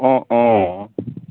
অ অ